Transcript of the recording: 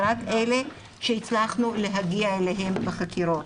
זה רק אלה שהצלחנו להגיע אליהם בחקירות,